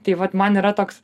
tai vat man yra toks